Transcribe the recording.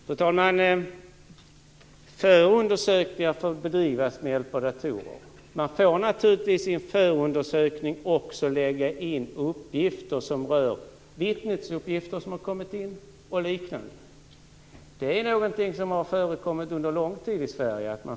Fru talman! Förundersökningar får bedrivas med hjälp av datorer. Man får naturligtvis i en förundersökning också lägga in uppgifter som rör fallet, t.ex. vittnesuppgifter. Detta är någonting som har förekommit under lång tid i Sverige.